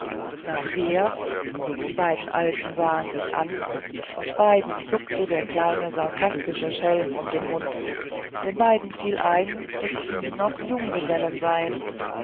kann nachher die beiden alten sahen sich an und beiden zuckte der kleine sarkastische schelm um den mund denn beiden fiel ein daß sie noch junggesellen seien